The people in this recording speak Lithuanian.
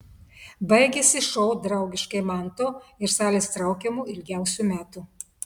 baigėsi šou draugiškai manto ir salės traukiamu ilgiausių metų